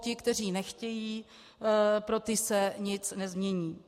Ti, kteří nechtějí, pro ty se nic nezmění.